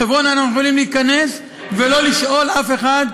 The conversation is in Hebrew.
לחברון אנחנו יכולים להיכנס ולא לשאול אף אחד,